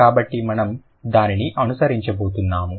కాబట్టి మనము దానిని అనుసరించబోతున్నాము